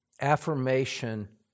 affirmation